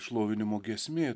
šlovinimo giesmė